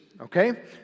Okay